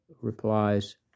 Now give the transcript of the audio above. replies